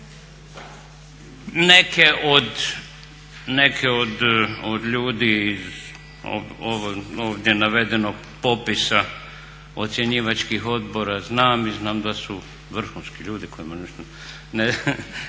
Neke od ljudi iz ovdje navedenog popisa ocjenjivačkih odbora znam i znam da su vrhunski ljudi kojima nešto